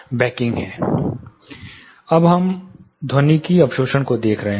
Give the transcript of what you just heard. अब अब तक हम ध्वनिकी अवशोषण को देख रहे हैं